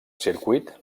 circuit